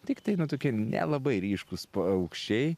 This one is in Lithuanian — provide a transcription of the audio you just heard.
tiktai na tokie nelabai ryškūs paukščiai